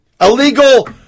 Illegal